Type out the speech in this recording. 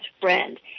friend